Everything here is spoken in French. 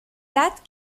datent